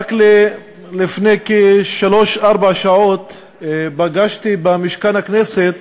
רק לפני כשלוש-ארבע שעות פגשתי במשכן הכנסת